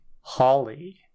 Holly